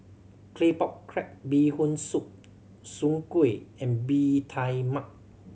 Claypot Crab Bee Hoon Soup soon kway and Bee Tai Mak